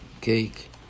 cake